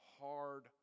hard